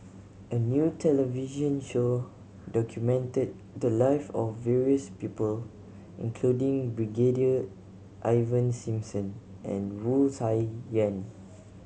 a new television show documented the live of various people including Brigadier Ivan Simson and Wu Tsai Yen